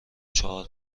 چهار